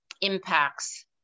impacts